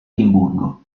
edimburgo